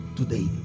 today